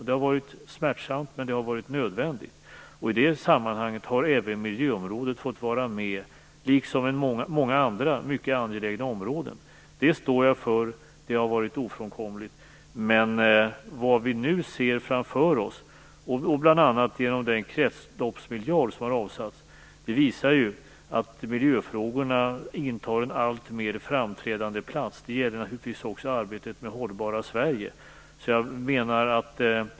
Det har varit smärtsamt, men det har varit nödvändigt. I det sammanhanget har även miljöområdet fått vara med, liksom många andra mycket angelägna områden. Det står jag för och det har varit ofrånkomligt. Vad vi nu ser framför oss, bl.a. genom den kretsloppsmiljard som avsatts, visar att miljöfrågorna intar en alltmer framträdande plats. Det gäller naturligtvis också arbetet med det hållbara Sverige.